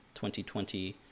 2020